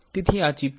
તેથી આ ચિપ છે